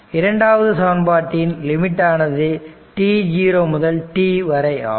இரண்டாவது சமன்பாட்டின் லிமிட் ஆனது t0 முதல் t வரை ஆகும்